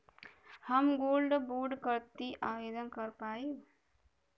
हम gold bond करती आवेदन कर पाईब?